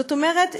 זאת אומרת,